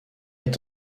est